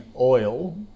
oil